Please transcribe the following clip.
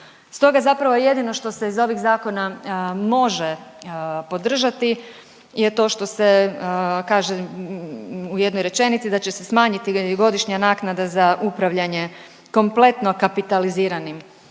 Stoga zapravo jedino što se iz ovih zakona može podržati je to što se kaže u jednoj rečenici da će se smanjiti godišnja naknada za upravljanje kompletno kapitaliziranim